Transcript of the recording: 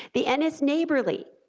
the n is neighborly,